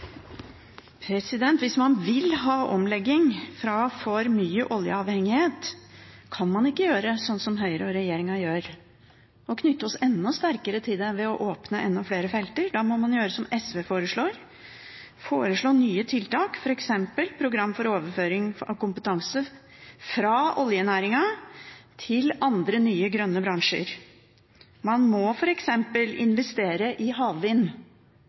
Hvis man vil ha omlegging fra for mye oljeavhengighet, kan man ikke gjøre sånn som Høyre og regjeringen gjør, å knytte oss enda sterkere til det ved å åpne enda flere felt. Da må man gjøre som SV foreslår, foreslå nye tiltak, f.eks. program for overføring av kompetanse fra oljenæringen til andre – nye, grønne – bransjer. Man må f.eks. investere i havvind.